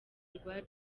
rwa